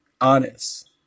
Honest